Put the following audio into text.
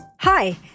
Hi